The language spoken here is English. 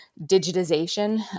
digitization